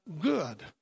good